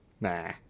Nah